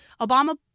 Obama